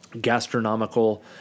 gastronomical